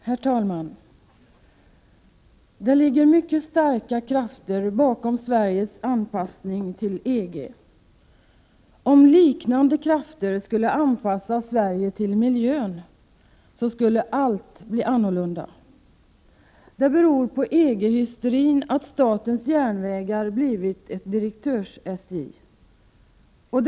Herr talman! Det ligger mycket starka krafter bakom Sveriges anpassning till EG. Om liknande krafter skulle anpassa Sverige till att ta miljöhänsyn skulle allt bli annorlunda. Det beror på EG-hysterin att statens järnvägar blivit ett direktörs-SJ.